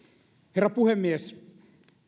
herra puhemies